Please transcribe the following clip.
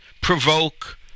provoke